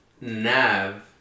Nav